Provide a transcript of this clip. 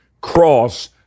cross